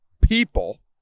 people